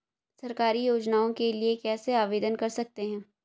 सरकारी योजनाओं के लिए कैसे आवेदन कर सकते हैं?